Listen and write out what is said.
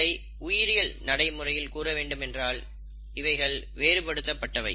இதை உயிரியல் நடைமுறையில் கூற வேண்டுமென்றால் இவைகள் வேறுபடுத்தப்பட்டவை